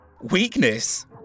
Weakness